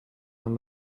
when